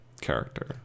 character